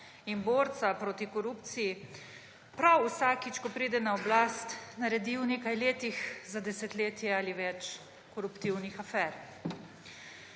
in borca proti korupciji, prav vsakič, ko pride na oblast, naredi v nekaj letih za desetletje ali več koruptivnih afer.